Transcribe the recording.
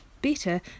Better